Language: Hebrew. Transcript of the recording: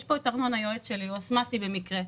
יש פה את ארנון היועץ שלי, הוא אסתמטי במקרה.